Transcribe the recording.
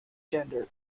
gender